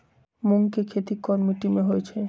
मूँग के खेती कौन मीटी मे होईछ?